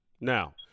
Now